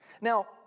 Now